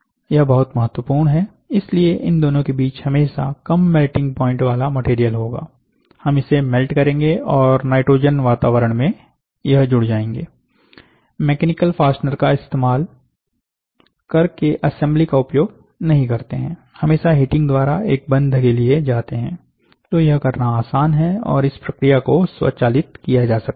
यह बहुत महत्वपूर्ण है इसलिए इन दोनों के बीच हमेशा कम मेल्टिंग प्वाइंट वाला मटेरियल होगाहम इसे मेल्ट करेंगे और नाइट्रोजन वातावरण में यह जुड़ जाएंगे मैकेनिकल फास्टनर का इस्तेमाल करके असेंबली का उपयोग नहीं करते हैं हमेशा हीटिंग द्वारा एक बंध के लिए जाते हैं तो यह करना आसान है और इस प्रक्रिया को स्वचालित किया जा सकता है